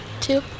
Two